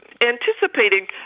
anticipating